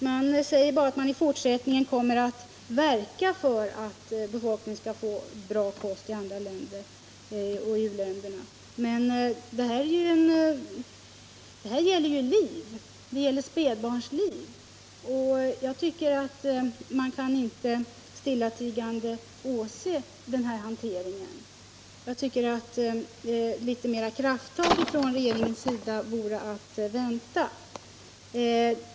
Det sägs bara att regeringen även i fortsättningen kommer att ”verka” för att befolkningen i u-länderna skall få bra kost. Men här gäller det spädbarns liv, och jag tycker inte att man stillatigande skall åse denna hantering. Litet mera krafttag från regeringens sida vore att vänta.